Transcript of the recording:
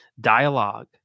dialogue